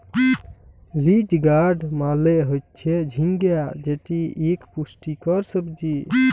ridge gourd মালে হচ্যে ঝিঙ্গা যেটি ইক পুষ্টিকর সবজি